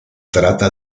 trata